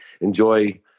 enjoy